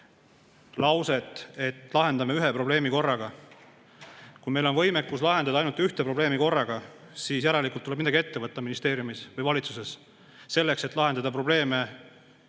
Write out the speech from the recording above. lauset, et lahendame ühe probleemi korraga. Kui meil on võimekus lahendada ainult ühte probleemi korraga, siis järelikult tuleb midagi ette võtta ministeeriumis või valitsuses selleks, et lahendada korraga